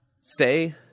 Say